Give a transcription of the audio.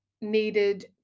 needed